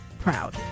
proud